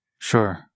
Sure